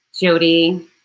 Jody